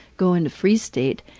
go into freeze state.